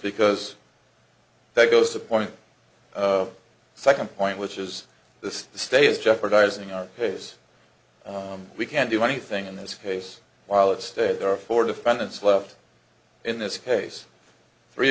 because that goes to point a second point which is this the stay is jeopardizing our case we can't do anything in this case while it stayed there for defendants left in this case three